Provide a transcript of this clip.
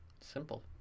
Simple